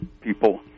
people